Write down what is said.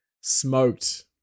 smoked